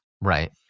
Right